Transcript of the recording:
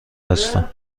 هستم